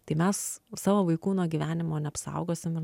tai mes savo vaikų nuo gyvenimo neapsaugosim